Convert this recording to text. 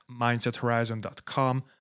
mindsethorizon.com